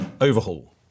overhaul